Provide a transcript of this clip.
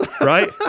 right